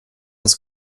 das